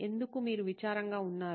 ఎందుకు మీరు విచారంగా ఉన్నారు